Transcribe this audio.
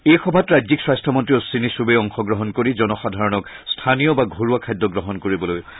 এই সভাত ৰাজ্যিক স্বাস্থ্য মন্ত্ৰী অধিনী চৌবেই অংশগ্ৰহণ কৰি জনসাধাৰণক স্থানীয় বা ঘৰুৱা খাদ্য গ্ৰহণ কৰিবলৈ আহান জনায়